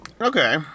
Okay